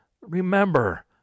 Remember